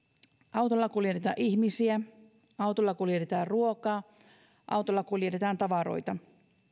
autolla kuljetetaan ihmisiä autolla kuljetetaan ruokaa autolla kuljetetaan tavaroita